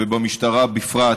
ובמשטרה בפרט,